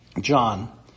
John